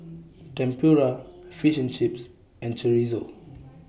Tempura Fish and Chips and Chorizo